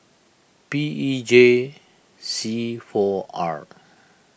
P E J C four R